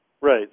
Right